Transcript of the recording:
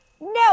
No